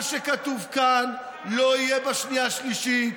מה שכתוב כאן לא יהיה בקריאה השנייה-שלישית.